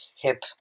hip